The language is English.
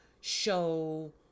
show